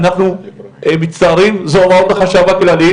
אנחנו מצטערים, זה הוראות החשב הכללי.